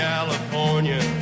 California